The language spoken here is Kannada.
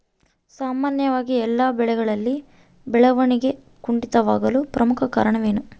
ಸಾಮಾನ್ಯವಾಗಿ ಎಲ್ಲ ಬೆಳೆಗಳಲ್ಲಿ ಬೆಳವಣಿಗೆ ಕುಂಠಿತವಾಗಲು ಪ್ರಮುಖ ಕಾರಣವೇನು?